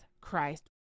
Christ